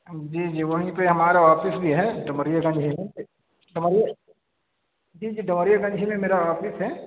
جی جی وہیں پہ ہمارا آفس بھی ہے ڈومریا گنج میں ڈومریا جی جی ڈومریا گنج ہی میں میرا آفس ہے